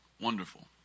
Wonderful